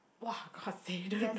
!wah! consider